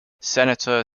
senator